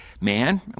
man